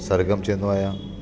सरगम चवंदो आहियां